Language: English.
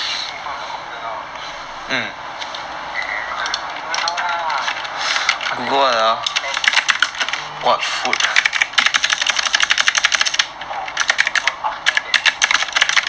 you sitting in front of your computer now !aiya! do now lah I tell you what two of us plan food and place to go then after that